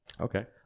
Okay